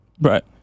Right